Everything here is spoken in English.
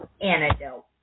antidote